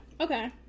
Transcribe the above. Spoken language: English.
Okay